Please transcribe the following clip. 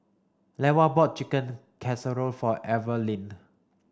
Levar bought Chicken Casserole for Evaline